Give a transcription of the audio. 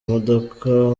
modoka